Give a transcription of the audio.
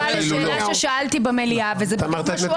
זה היה בעקבות שאלה ששאלתי במליאה וזה בדיוק מה שהוא אמר.